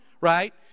right